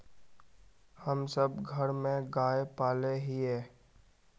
हम सब घर में गाय पाले हिये?